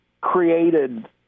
created